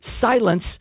silence